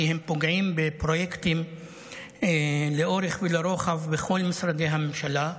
כי הם פוגעים בפרויקטים לאורך ולרוחב בכל משרדי הממשלה.